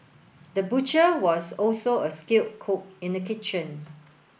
the butcher was also a skilled cook in the kitchen